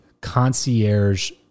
concierge